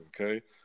okay